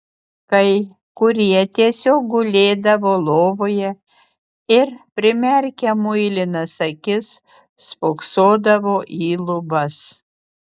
kai kurie tiesiog gulėdavo lovoje ir primerkę muilinas akis spoksodavo į lubas